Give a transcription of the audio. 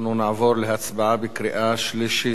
אנחנו נעבור להצבעה בקריאה שלישית.